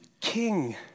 King